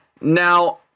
Now